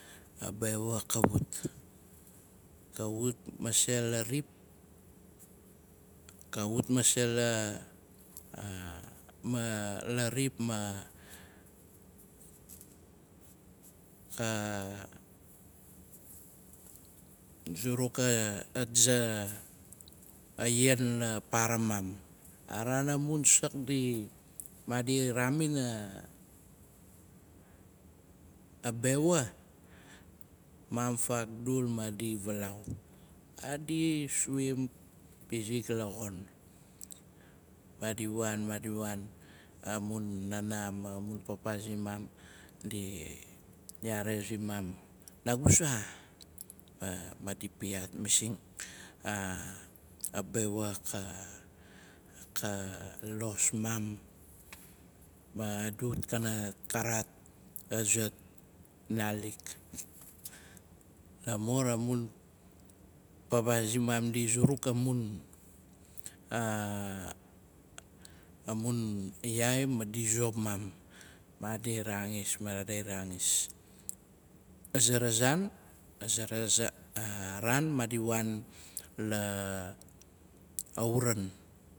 A bewa ka wat. Ka wat masei la rip, ka wat masei ma la rip ma ka zuruk a za yan la para mam. A raan amun sak, di madi raamin a bewa, mam fakdul madi vaalaau. Madi swim, pizik la xon. Maddi waan maadi waan. amun naanaa ma mun paapa zimaam, di yaari zimam,"nagu sa?" Ma madi piat masing, a bewa ka los maam, ma adu kanat karaat azat fnalik. La mur amun paapaa simam di zuruk amun yaaii, madi zop maam. Maadi raangis, maadi raangis. aza raan madi waan la lauran.